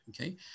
okay